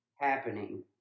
happening